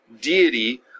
deity